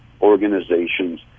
organizations